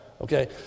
okay